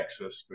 Texas